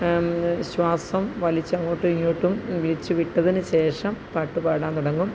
ശ്വാസം വലിച്ച് അങ്ങോട്ടും ഇങ്ങോട്ടും വലിച്ചു വിട്ടതിനുശേഷം പാട്ടുപാടാൻ തുടങ്ങും